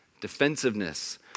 Defensiveness